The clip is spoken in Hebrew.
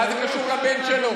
מה זה קשור לבן שלו?